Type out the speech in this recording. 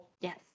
Yes